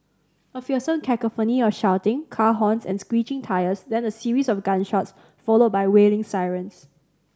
a fearsome cacophony of shouting car horns and screeching tyres then a series of gunshots followed by wailing sirens